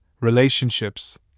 relationships